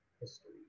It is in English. history